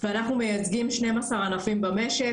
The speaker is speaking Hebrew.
ואנחנו מייצגים 12 ענפים במשק,